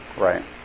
Right